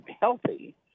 healthy